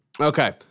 Okay